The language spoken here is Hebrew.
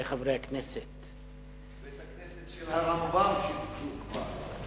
את בית-הכנסת של הרמב"ם שיפצו כבר.